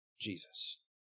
Jesus